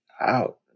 out